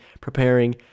preparing